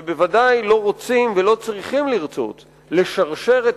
וודאי לא רוצים ולא צריכים לרצות לשרשר את